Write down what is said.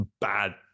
bad